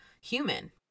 human